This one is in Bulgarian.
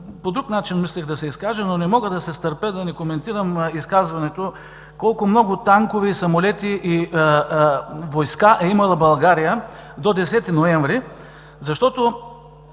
По друг начин мислех да се изкажа, но не мога да се стърпя да не коментирам изказването колко много танкове, самолети и войска е имала България до 10 ноември, защото